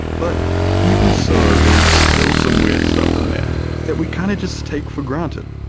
but even so there's still some weird stuff in there that we kind of just take for granted,